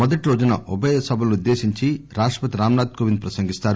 మొదటి రోజున ఉభయ సభలనుద్దేశించి రాష్టపతి రాంనాథ్ కోవింద్ ప్రసంగిస్తారు